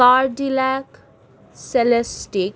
Cadillac Celestiq